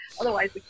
otherwise